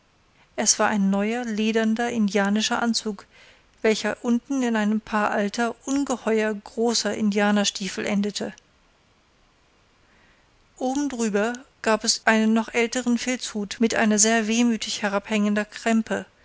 es war ein neuer lederner indianischer anzug welcher unten in einem paar alter ungeheuer großer indianerstiefel endete oben drüber gab es einen noch älteren filzhut mit sehr wehmütig herabhängender krämpe